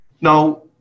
Now